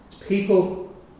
People